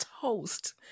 toast